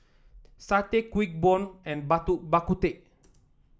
Satay Kuih Bom and Bak Bak Kut Teh